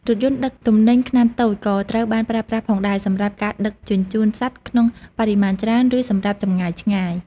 រថយន្តដឹកទំនិញខ្នាតតូចក៏ត្រូវបានប្រើប្រាស់ផងដែរ សម្រាប់ការដឹកជញ្ជូនសត្វក្នុងបរិមាណច្រើន ឬសម្រាប់ចម្ងាយឆ្ងាយ។